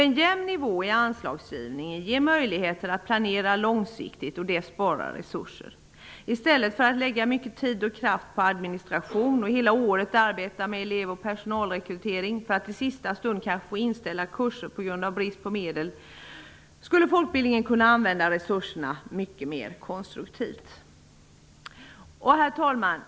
En jämn nivå i anslagsgivningen ger möjligheter att planera långsiktigt och sparar resurser. I stället för att lägga mycket tid och kraft på administration och hela året arbeta med elev och personalrekrytering -- för att i sista stund kanske få inställa kurser på grund av brist på medel -- skulle folkbildningen kunna använda resurserna mycket mer konstruktivt. Herr talman!